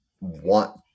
want